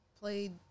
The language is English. played